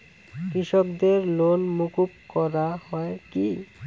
কৃষকদের লোন মুকুব করা হয় কি?